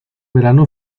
verano